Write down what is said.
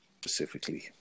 specifically